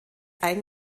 ein